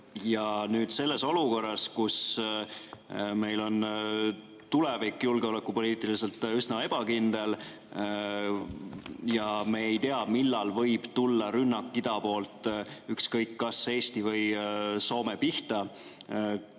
Kas selles olukorras, kus meil on tulevik julgeolekupoliitiliselt üsna ebakindel ja me ei tea, millal võib tulla rünnak ida poolt, ükskõik kas Eesti või Soome pihta,